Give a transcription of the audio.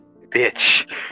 bitch